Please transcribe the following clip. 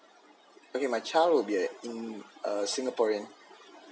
okay my child will be in~ singaporean